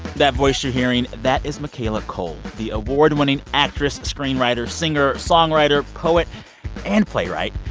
that voice you're hearing that is michaela coel, the award-winning actress, screenwriter, singer, songwriter, poet and playwright.